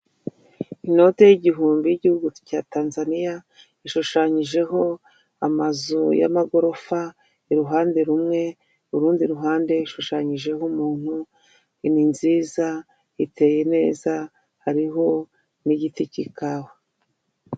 Inote y'igihumbi y'igihugu cya tanzania ishushanyijeho amazu y'amagorofa, i ruhande rumwe, urundi ruhande ishushanyijeho umuntu ni nziza, iteye neza, hariho n'igiti cy'ikawa.